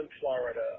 Florida